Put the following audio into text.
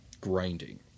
grinding